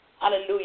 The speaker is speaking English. hallelujah